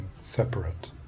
separate